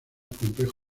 complejo